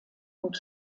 und